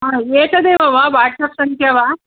एतदेव वा वाट्सप् सङ्ख्या वा